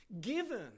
given